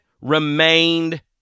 remained